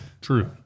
True